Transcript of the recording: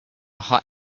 hot